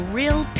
real